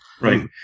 Right